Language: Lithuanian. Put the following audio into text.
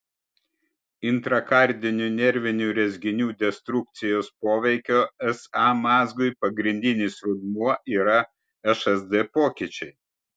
intrakardinių nervinių rezginių destrukcijos poveikio sa mazgui pagrindinis rodmuo yra šsd pokyčiai